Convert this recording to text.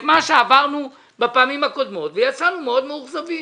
את מה שעברנו בפעמים הקודמות ויצאנו מאוד מאוכזבים.